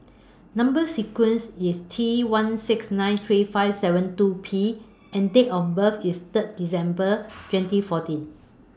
Number sequence IS T one six nine three five seven two P and Date of birth IS Third December twenty fourteen